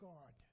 God